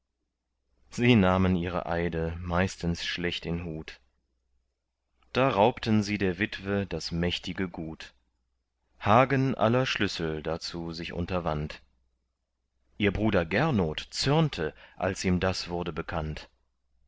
sie nahmen ihre eide meistens schlecht in hut da raubten sie der witwe das mächtige gut hagen aller schlüssel dazu sich unterwand ihr bruder gernot zürnte als ihm das wurde bekannt